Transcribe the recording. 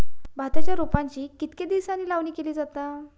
भाताच्या रोपांची कितके दिसांनी लावणी केली जाता?